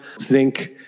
zinc